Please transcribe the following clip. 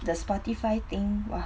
the spotify thing !wah!